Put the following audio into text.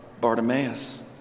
Bartimaeus